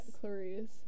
Clarice